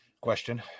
Question